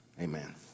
Amen